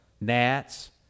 gnats